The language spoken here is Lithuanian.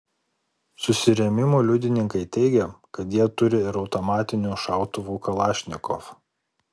susirėmimų liudininkai teigia kad jie turi ir automatinių šautuvų kalašnikov